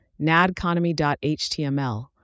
nadconomy.html